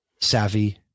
savvy